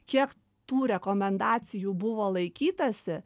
kiek tų rekomendacijų buvo laikytasi